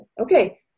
Okay